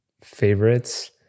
favorites